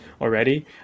already